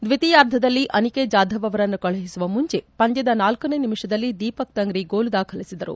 ದ್ವಿತೀಯಾರ್ಧದಲ್ಲಿ ಅನಿಕೇತ್ ಜಾಧವ್ ಅವರನ್ನು ಕಳುಹಿಸುವ ಮುಂಚೆ ಪಂದ್ಲದ ನಾಲ್ಲನೇ ನಿಮಿಷದಲ್ಲಿ ದೀಪಕ್ ತಂಗ್ರಿ ಗೋಲು ದಾಖಲಿಸಿದರು